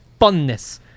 funness